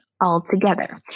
altogether